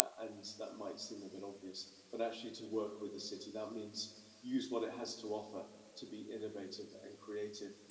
and that might seem a bit obvious, but actually to work with the city, that means use what it has to offer to be innovative and creative,